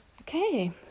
Okay